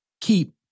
keep